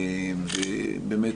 ובאמת,